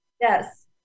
Yes